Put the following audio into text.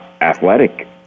athletic